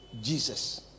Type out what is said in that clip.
Jesus